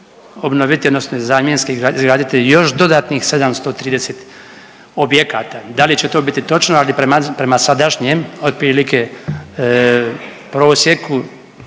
obnoviti, odnosno zamjenski izgraditi još dodatnih 730 objekata. Da li će to biti točno, ali prema sadašnjem otprilike prosjeku